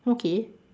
okay